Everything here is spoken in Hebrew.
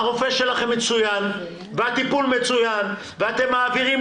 הרופא שלכם מצוין והטיפול מצוין ואתם מעבירים